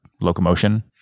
locomotion